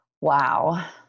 Wow